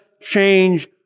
change